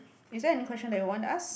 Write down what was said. is there any question that you want to ask